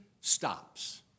stops